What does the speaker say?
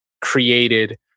created